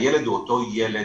הילד הוא אותו ילד,